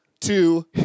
two